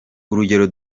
urugero